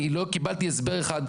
אני לא קיבלתי הסבר אחד,